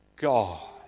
God